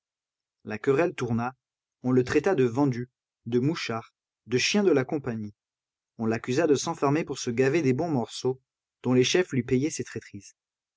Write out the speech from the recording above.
la querelle tourna on le traita de vendu de mouchard de chien de la compagnie on l'accusa de s'enfermer pour se gaver des bons morceaux dont les chefs lui payaient ses traîtrises